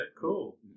cool